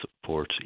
support